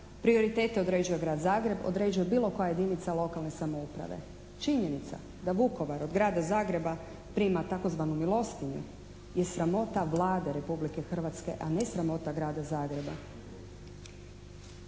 prioritete određuje Grad Zagreb, određuje bilo koja jedinica lokalne samouprave. Činjenica da Vukovar od Grada Zagreba prima tzv. milostinju je sramota Vlade Republike Hrvatske a ne sramota Grada Zagreba.